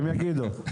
הם יגידו?